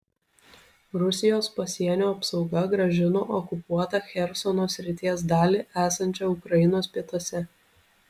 rusijos pasienio apsauga grąžino okupuotą chersono srities dalį esančią ukrainos pietuose